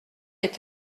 est